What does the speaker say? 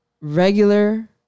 regular